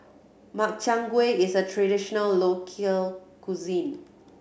Makchang Gui is a traditional cuisine